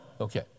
Okay